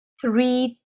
three